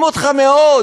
אדוני השר יעצור שנייה.